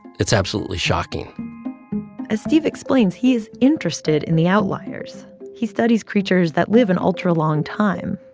it's absolutely shocking as steve explains, he is interested in the outliers. he studies creatures that live an ultra-long time,